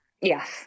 yes